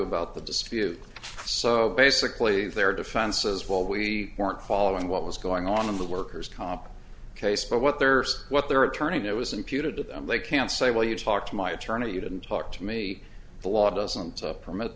about the dispute so basically their defenses well we weren't following what was going on in the worker's comp case but what they're saying what their attorney that was imputed to them they can say well you talk to my attorney you didn't talk to me the law doesn't permit